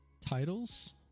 Titles